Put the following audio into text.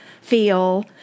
feel